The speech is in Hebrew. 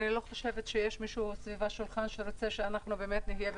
אני לא חושבת שיש מישהו בסביבה שלך שרוצה שאנחנו באמת נהיה במחסור,